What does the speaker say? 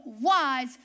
wise